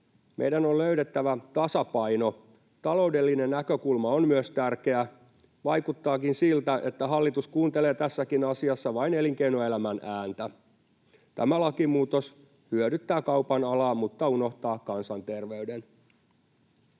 Meidän on löydettävä tasapaino. Taloudellinen näkökulma on myös tärkeä. Vaikuttaakin siltä, että hallitus kuuntelee tässäkin asiassa vain elinkeinoelämän ääntä. Tämä lakimuutos hyödyttää kaupan alaa, mutta unohtaa kansanterveyden.